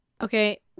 Okay